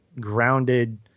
grounded